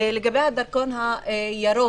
לגבי הדרכון הירוק,